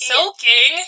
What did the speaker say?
Soaking